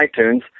iTunes